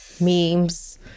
Memes